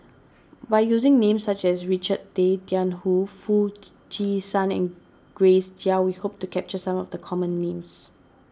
by using names such as Richard Tay Tian Hoe Foo Chee San and Grace Chia we hope to capture some of the common names